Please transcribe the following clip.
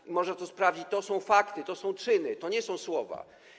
I można to sprawdzić, to są fakty, to są czyny, to nie są słowa.